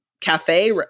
cafe